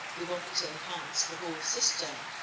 we want to enhance the whole system.